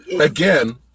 again